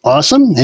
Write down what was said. Awesome